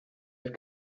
have